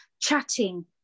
chatting